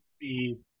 see